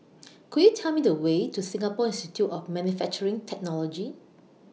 Could YOU Tell Me The Way to Singapore Institute of Manufacturing Technology